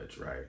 right